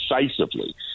decisively